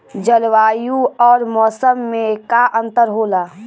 जलवायु और मौसम में का अंतर होला?